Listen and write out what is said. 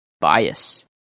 bias